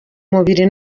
mubiri